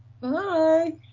Bye